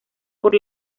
por